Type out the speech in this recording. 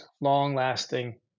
long-lasting